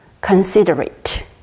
considerate